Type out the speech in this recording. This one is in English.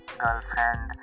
girlfriend